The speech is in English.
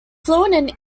fluent